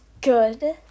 good